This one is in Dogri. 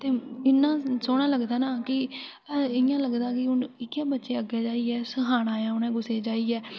ते इन्ना सोह्ना लगदा ना कि इ'यां लगदा कि हून इ'नें बच्चे अग्गै जाइयै सखाना ऐ उ'नें कुसै गी जाइयै